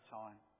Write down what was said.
time